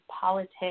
politics